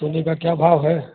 सोने का क्या भाव है